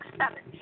seven